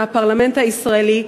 מהפרלמנט הישראלי,